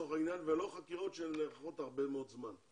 לצורך העניין ולא חקירות שאורכות הרבה מאוד זמן.